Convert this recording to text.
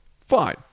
Fine